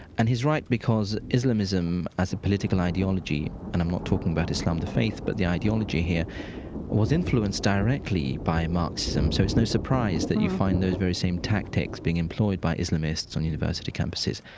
and he's right, because islamism as a political ideology and i'm not talking about islam the faith, but the ideology here was influenced directly by marxism. so it's no surprise that you find those very same tactics being employed by islamists on university campuses.